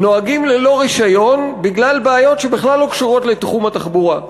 נוהגים ללא רישיון בגלל בעיות שבכלל לא קשורות לתחום התחבורה.